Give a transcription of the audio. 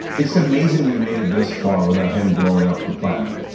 it's amazing. we made it this far without him blowing up the planet.